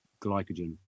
glycogen